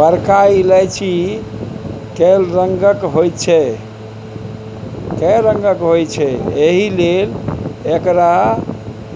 बरका इलायची कैल रंगक होइत छै एहिलेल एकरा